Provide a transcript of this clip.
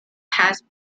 passed